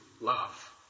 love